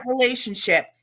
relationship